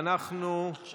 אנחנו